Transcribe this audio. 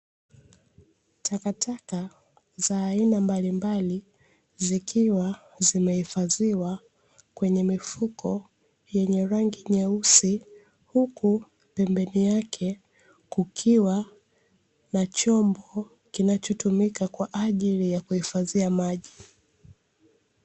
Takataka za aina mbalimbali zikiwa zimehifadhiwa kwenye mifuko yenye rangi nyeusi, huku pembeni yake kukiwa na chombo kinachotumika kwaajili ya kuhifadhia maji.